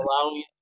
allowing